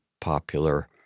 popular